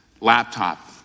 laptop